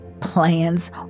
plans